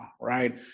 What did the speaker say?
right